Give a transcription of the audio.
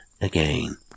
again